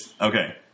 Okay